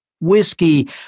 Whiskey